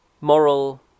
moral